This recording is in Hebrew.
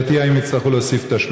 בהתאם לסעיף 15